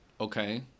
Okay